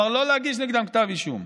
כלומר לא להגיש נגדם כתב אישום.